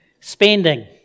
Spending